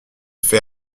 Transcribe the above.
fait